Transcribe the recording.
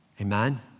Amen